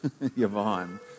Yvonne